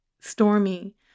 Stormy